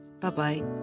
Bye-bye